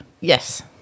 Yes